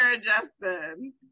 Justin